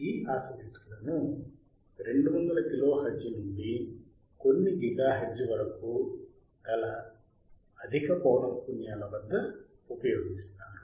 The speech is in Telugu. ఈ ఆసిలేటర్లను 200 కిలోహెర్ట్జ్ నుండి కొన్ని గిగాహెర్ట్జ్ వరకు అధిక పౌనఃపున్యాల వద్ద ఉపయోగిస్తారు